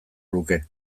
luke